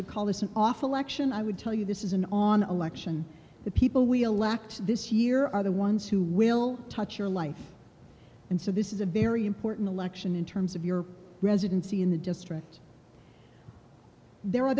would call this an awful lection i would tell you this is an on election the people we elect this year are the ones who will touch your life and so this is a very important election in terms of your residency in the district there are